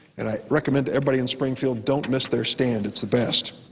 and i recommend to everybody in springfield don't miss their stand, it's the best.